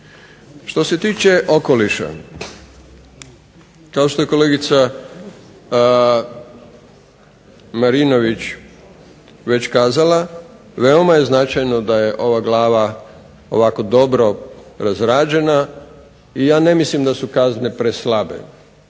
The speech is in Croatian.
Što se tiče okoliša, kao što je kolegica Marinović već kazala veoma je značajno da je ova glava ovako dobro razrađena i ja ne mislim da su kazne preslabe,